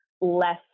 less